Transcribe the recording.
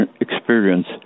experience